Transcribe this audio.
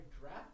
draft